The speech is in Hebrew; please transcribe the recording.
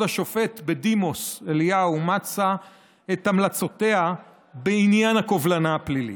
השופט בדימוס אליהו מצא את המלצותיה בעניין הקובלנה הפלילית.